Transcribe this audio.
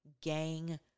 gang